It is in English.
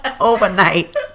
overnight